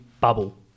bubble